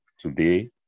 Today